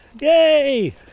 Yay